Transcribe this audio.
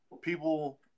people